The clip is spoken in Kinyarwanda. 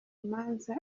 imanza